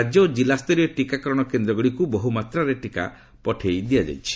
ରାଜ୍ୟ ଓ ଜିଲ୍ଲା ସ୍ତରୀୟ ଟିକାକରଣ କେନ୍ଦ୍ରଗୁଡ଼ିକୁ ବହୁମାତ୍ରାରେ ଟିକା ପଠାଇ ଦିଆଯାଇଛି